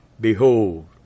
Behold